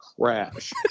crash